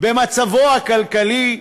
במצב הכלכלי,